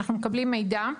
אנחנו מקבלים מידע,